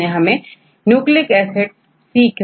अब हम nucleic acid database को समझते हैं